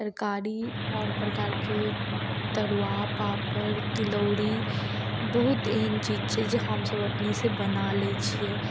तरकारी आओर प्रकारके तरुआ पापड़ तिलौड़ी बहुत एहन चीज छै जे हमसब अपनेसँ बना लै छियै